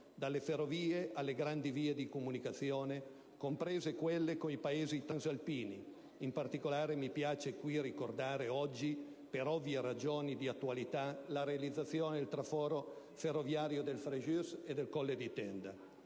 dalle ferrovie, alle grandi vie di comunicazione, comprese quelle con i Paesi transalpini; in particolare mi piace qui ricordare oggi, per ovvie ragioni di attualità, la realizzazione del traforo ferroviario del Frejus e del Colle di Tenda.